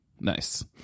Nice